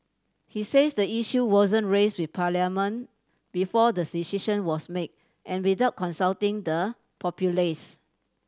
he says the issue wasn't raise with Parliament before the decision was made and without consulting the populace